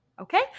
okay